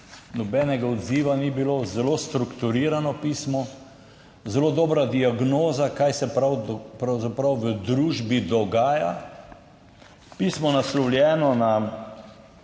nobenega odziva ni bilo, zelo strukturirano pismo, zelo dobra diagnoza, kaj se pravzaprav v družbi dogaja. Pismo naslovljeno na